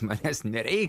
manęs nereik